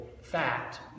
fact